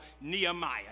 Nehemiah